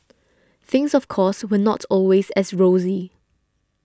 things of course were not always as rosy